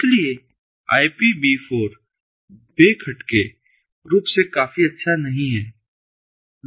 इसलिए IPV4 बेखटके रूप से काफी अच्छा नहीं है